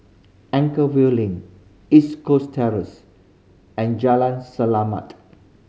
Anchorvale Link East Coast Terrace and Jalan Selamat